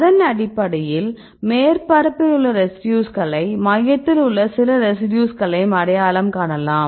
அதன் அடிப்படையில் மேற்பரப்பில் உள்ள ரெசிடியூஸ்களையும் மையத்தில் உள்ள சில ரெசிடியூஸ்களையும் அடையாளம் காணலாம்